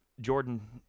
Jordan